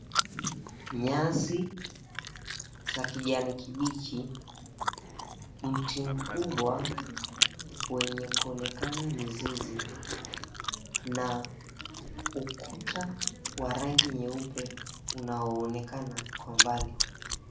Nyasi za kijani kibichi, mti mkubwa wenye kuonekana mizizi, na ukuta wa rangi nyeupe kwa mbali.